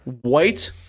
white